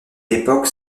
époque